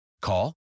Call